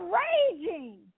raging